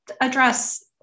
address